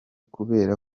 kubera